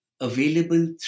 available